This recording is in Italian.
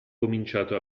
cominciato